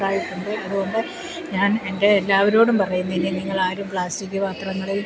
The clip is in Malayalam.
ഉണ്ടായിട്ടുണ്ട് അതുകൊ ണ്ട് ഞാൻ എൻ്റെ എല്ലാവരോടും പറയും ഇനി നിങ്ങളാരും പ്ലാസ്റ്റിക്ക് പാത്രങ്ങളിൽ